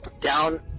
down